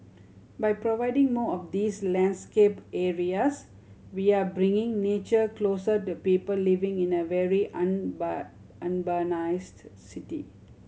by providing more of these landscape areas we're bringing nature closer to people living in a very urbanised city